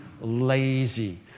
lazy